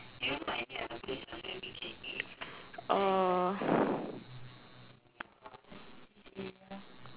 uh